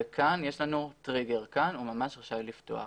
כאן יש לנו טריגר, כאן הוא ממש רשאי לפתוח.